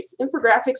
Infographics